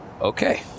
okay